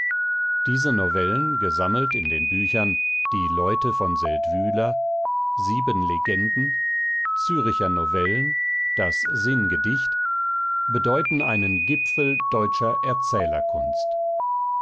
diese novellen gesammelt in den büchern die leute von seldwyla sieben legenden züricher novellen das sinngedicht bedeuten einen gipfel deutscher erzählerkunst